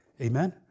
Amen